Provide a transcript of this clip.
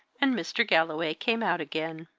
and mr. galloway came out again.